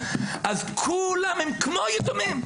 אז כולם הם כמו יתומים.